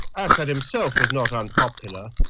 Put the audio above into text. assad himself was not unpopular.